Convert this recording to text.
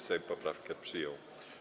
Sejm poprawkę przyjął.